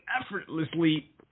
effortlessly